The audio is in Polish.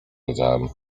wiedziałem